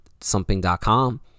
something.com